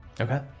okay